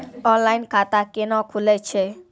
Online खाता केना खुलै छै?